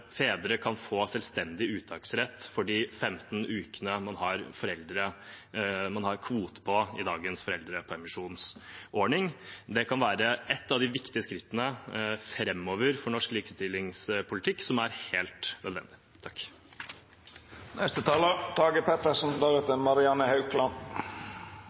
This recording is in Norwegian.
fedre kan få selvstendig uttaksrett for de 15 ukene man har som kvote i dagens foreldrepermisjonsordning. Det kan være ett av de viktige skrittene framover for norsk likestillingspolitikk, som er helt nødvendig.